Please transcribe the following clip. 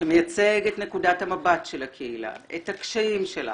שמייצג את נקודת המבט של הקהילה, את הקשיים שלה,